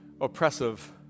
oppressive